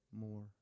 more